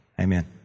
amen